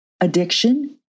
addiction